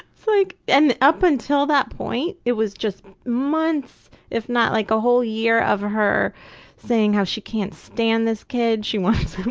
like, and up until that point, it was just months, if not like a whole year of her saying how she can't stand this kid, she wants him